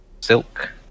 silk